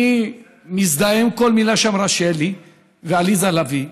אני מזדהה עם כל מילה שאמרו שלי ועליזה לביא.